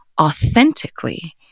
authentically